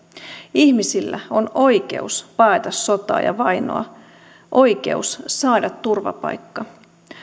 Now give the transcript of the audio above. ihmisillä on oikeus paeta sotaa ja vainoa oikeus saada turvapaikka